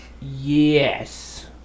Yes